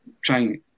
trying